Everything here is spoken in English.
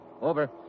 Over